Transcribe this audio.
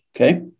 Okay